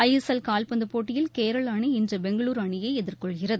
ஐ S L கால்பந்து போட்டியில் கேரள அணி இன்று பெங்களூரு அணியை எதிர்கொள்கிறது